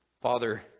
Father